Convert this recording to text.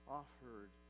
offered